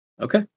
Okay